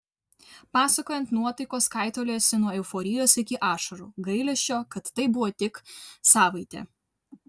pasakojant nuotaikos kaitaliojosi nuo euforijos iki ašarų gailesčio kad tai buvo tik savaitė